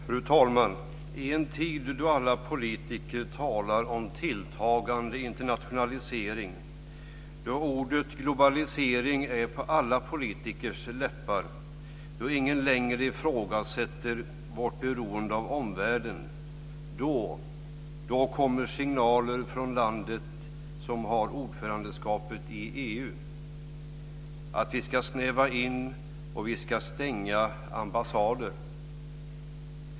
Fru talman! I en tid då alla politiker talar om tilltagande internationalisering, då ordet globalisering är på alla politikers läppar, då ingen längre ifrågasätter vårt beroende av omvärlden, då kommer signaler från landet som har ordförandeskapet i EU att vi ska snäva in och stänga ambassader.